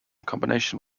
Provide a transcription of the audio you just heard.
combination